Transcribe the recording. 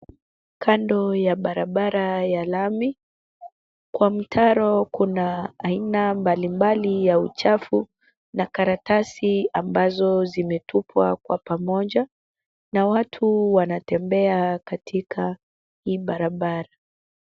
Kando ya barabara ya lami, kwa mitaro kuna aina mbalimbali ya uchafu, na karatasi ambazo zimetupwa kwa pamoja, na watu wanatembea katika hii barabara.